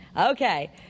Okay